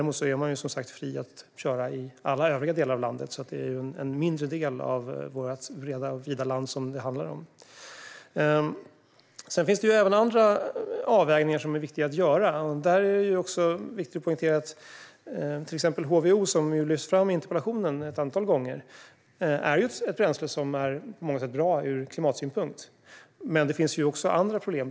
Man är dock fri att köra i alla övriga delar av landet. Det handlar alltså om en mindre del av vårt vida land. Det finns även andra viktiga avvägningar. Det är viktigt att poängtera att till exempel HVO, som lyfts fram ett antal gånger i interpellationen, är ett bränsle som på många sätt är bra ur klimatsynpunkt. Men det finns andra problem.